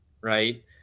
right